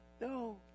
No